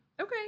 Okay